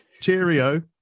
cheerio